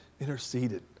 interceded